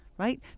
right